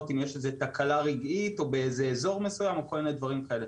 אם יש תקלה רגעית או באזור מסוים וכדומה.